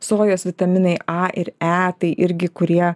sojos vitaminai a ir e tai irgi kurie